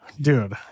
Dude